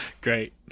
Great